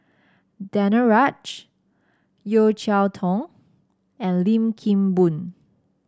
Danaraj Yeo Cheow Tong and Lim Kim Boon